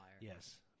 Yes